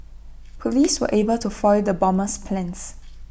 Police were able to foil the bomber's plans